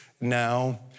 now